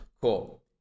Cool